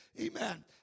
Amen